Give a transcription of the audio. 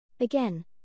Again